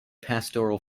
pastoral